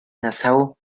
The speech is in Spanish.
nassau